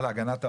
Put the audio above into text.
להגנת העורף,